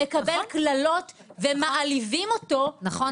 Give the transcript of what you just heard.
-- מקבל קללות ומעליבים אותו -- נכון,